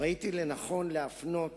ראיתי לנכון להפנות